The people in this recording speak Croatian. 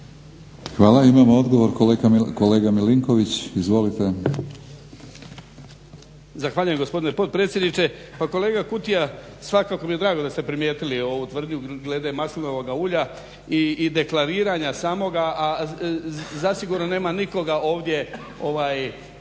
Hvala. Imamo odgovor, kolega Milinković. Izvolite. **Milinković, Stjepan (HDZ)** Zahvaljujem gospodine potpredsjedniče. Pa kolega Kutija svakako mi je drago da ste primijetili ovu tvrdnju glede maslinovoga ulja i deklariranja samoga, a zasigurno nema nikoga ovdje u